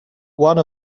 one